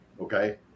okay